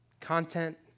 Content